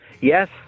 Yes